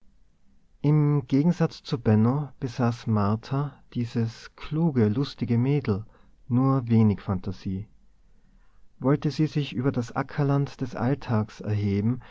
im gegensatz zu benno besaß martha dieses kluge lustige mädel nur wenig phantasie wollte sie sich über das ackerland des alltags erheben